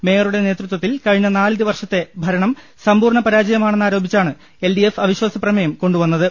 മേയറുടെ നേതൃത്വത്തിൽ കഴിഞ്ഞ നാല് വർഷത്തെ ഭരണം സമ്പൂർണ പരാജയമാണെന്നാരോപിച്ചാണ് എൽ ഡി എഫ് അവി ശ്വാസ പ്രമേയം കൊണ്ടു വന്നത്